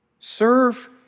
Serve